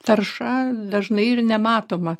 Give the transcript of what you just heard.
tarša dažnai ir nematoma